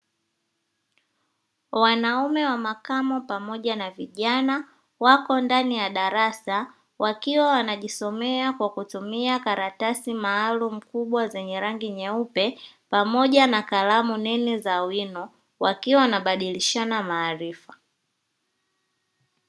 Wanaume wa makamo pamoja na vijana, wako ndani ya darasa wakiwa wanajisomea kwa kutumia karatasai maalumu kubwa zenye rangi nyeupe, pamoja na kalamu nene za wino, wakiwa wanabadilishana maarifa.